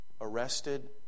arrested